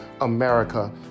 America